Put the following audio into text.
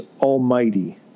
almighty